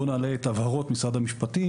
בואו נעלה את הבהרות משרד המשפטים,